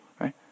right